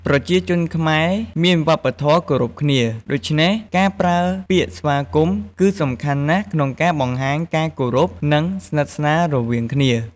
ប្រជាជនខ្មែរមានវប្បធម៌គោរពគ្នា ដូច្នេះ ការប្រើពាក្យស្វាគមន៍គឺសំខាន់ណាស់ក្នុងការបង្ហាញការគោរព និងស្និទ្ធស្នាលរវាងគ្នា។